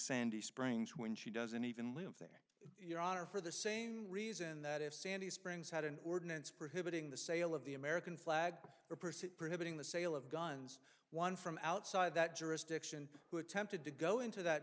sandy springs when she doesn't even live there your honor for the same reason that if sandy springs had an ordinance prohibiting the sale of the american flag a person prohibiting the sale of guns one from outside that jurisdiction who attempted to go into that